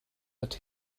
that